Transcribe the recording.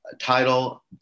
title